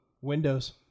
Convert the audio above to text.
windows